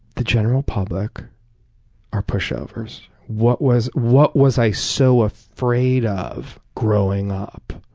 the general public are pushovers. what was what was i so afraid of growing up?